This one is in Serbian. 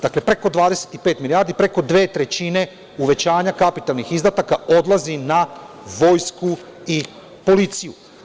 Dakle, preko 25 milijardi, preko dve trećine uvećanja kapitalnih izdataka odlazi na vojsku i policiju.